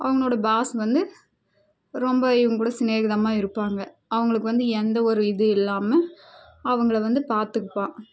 அவனோடய பாஸ் வந்து ரொம்ப இவங்கூட ஸ்நேகிதமாக இருப்பாங்க அவங்களுக்கு வந்து எந்த ஒரு இது இல்லாமல் அவங்களை வந்து பார்த்துப்பான்